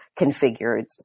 configured